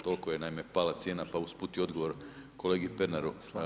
Toliko je naime pala cijena, pa usput i odgovor kolegi Pernaru.